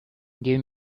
give